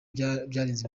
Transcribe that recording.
byarenze